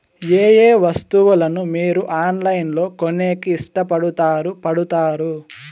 ఏయే వస్తువులను మీరు ఆన్లైన్ లో కొనేకి ఇష్టపడుతారు పడుతారు?